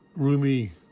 Rumi